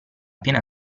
piena